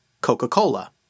Coca-Cola